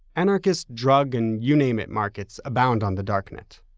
anarchist drug and you-name-it markets abound on the darknet.